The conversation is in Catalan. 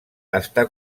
està